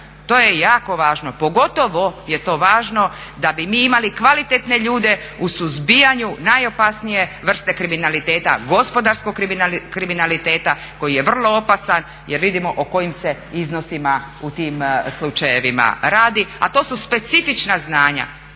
To je jako važno, pogotovo je to važno da bi mi imali kvalitetne ljude u suzbijanju najopasnije vrste kriminaliteta gospodarskog kriminaliteta koji je vrlo opasan jer vidimo o kojim se iznosima u tim slučajevima radi, a to su specifična znanja